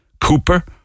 Cooper